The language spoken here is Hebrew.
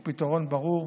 או פתרון ברור,